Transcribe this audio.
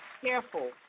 careful